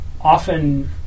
often